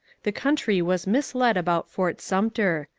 the country was misled' about fort sumter.